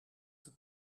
het